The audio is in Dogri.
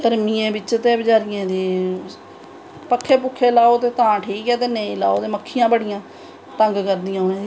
गर्मियैं बिच्च ते बचैरियें दी पक्खे पुक्खें लाओ तां ते ठीक पर नेंई लाओ ते मक्खियां बड़ियां तंग करदियां उनेंगी